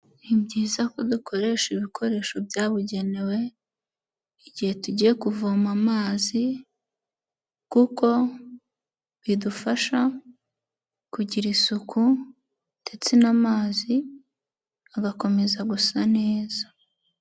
Ni byiza ko dukoresha ibikoresho byabugenewe igihe tugiye kuvoma amazi, kuko bidufasha kugira isuku ndetse n'amazi agakomeza gusa neza.